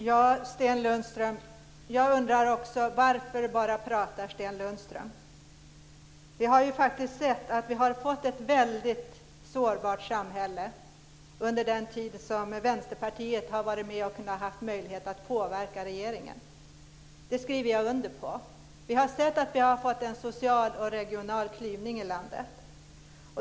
Fru talman! Jag undrar också varför Sten Lundström bara pratar. Vi har ju faktiskt sett att vi har fått ett väldigt sårbart samhälle under den tid då Vänsterpartiet har varit med och haft möjlighet att påverka regeringen. Det skriver jag under på. Vi har sett att vi har fått en social och regional klyvning i landet.